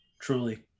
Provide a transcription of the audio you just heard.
Truly